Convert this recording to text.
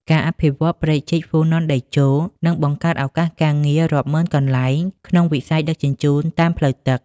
ការអភិវឌ្ឍព្រែកជីក "ហ្វូណនតេជោ" នឹងបង្កើតឱកាសការងាររាប់ម៉ឺនកន្លែងក្នុងវិស័យដឹកជញ្ជូនតាមផ្លូវទឹក។